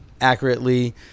accurately